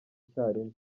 icyarimwe